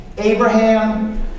Abraham